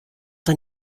der